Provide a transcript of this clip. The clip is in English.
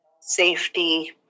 safety